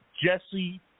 Jesse